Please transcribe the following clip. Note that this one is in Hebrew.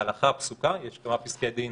ההלכה הפסוקה יש כמה פסקי דין